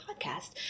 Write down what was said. podcast